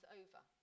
over